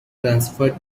transferred